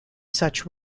such